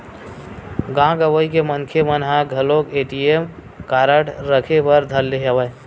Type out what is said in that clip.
गाँव गंवई के मनखे मन ह घलोक ए.टी.एम कारड रखे बर धर ले हवय